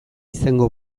izango